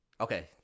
Okay